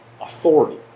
authority